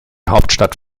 hauptstadt